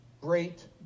great